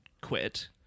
quit